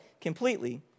completely